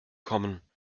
kommen